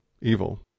evil